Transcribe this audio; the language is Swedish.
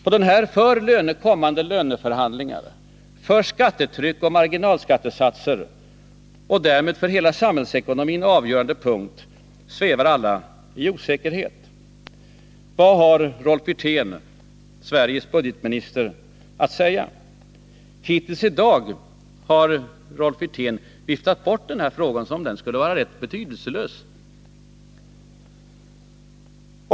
På denna för kommande löneförhandlingar, för skattetryck och för marginalskattesatser och därmed för hela samhällsekonomin avgörande punkt svävar alla i osäkerhet. Vad har Rolf Wirtén, Sveriges budgetminister, att säga? I dag har Rolf Wirtén hittills viftat bort denna fråga som om den Nr 39 skulle vara rätt betydelselös.